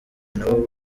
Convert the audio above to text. nabo